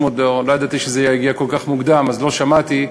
ידעתי שזה יגיע כל כך מוקדם, אז לא שמעתי.